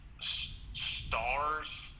stars